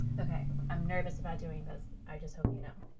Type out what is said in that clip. okay. i'm nervous about doing this, i just hope you know.